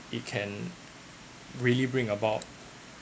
it can really bring about